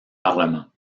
parlement